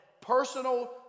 personal